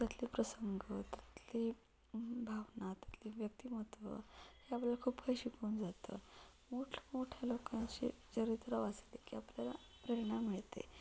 त्यातले प्रसंग त्यातली भावना त्यातले व्यक्तिमत्व हे आपल्याला खूप काही शिकवून जातं मोठमोठ्या लोकांशी चरित्र वाचले की आपल्याला प्रेरणा मिळते